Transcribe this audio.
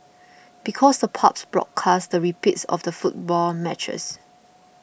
because the pubs broadcast the repeats of the football matches